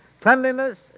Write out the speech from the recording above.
cleanliness